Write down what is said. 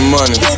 money